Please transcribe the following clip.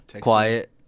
Quiet